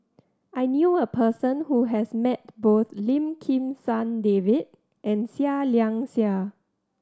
I knew a person who has met both Lim Kim San David and Seah Liang Seah